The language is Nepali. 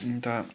अन्त